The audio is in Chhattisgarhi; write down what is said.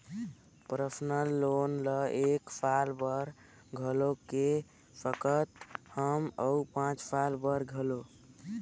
परसनल लोन ल एक साल बर घलो ले सकत हस अउ पाँच साल बर घलो